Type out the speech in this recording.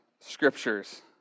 scriptures